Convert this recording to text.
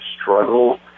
struggle